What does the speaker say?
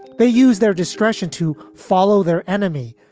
they use their discretion to follow their enemy.